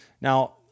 Now